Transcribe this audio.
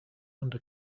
under